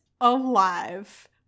alive